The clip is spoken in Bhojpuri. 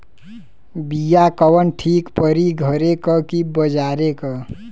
बिया कवन ठीक परी घरे क की बजारे क?